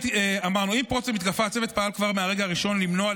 עם פרוץ המתקפה הצוות פעל כבר מהרגע הראשון למנוע,